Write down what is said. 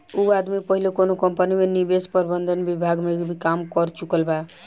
उ आदमी पहिले कौनो कंपनी में निवेश प्रबंधन विभाग में भी काम कर चुकल बा